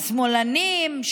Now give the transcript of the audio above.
השמאלנים,